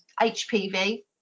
hpv